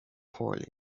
poorly